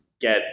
get